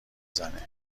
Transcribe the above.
زنه